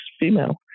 female